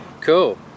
Cool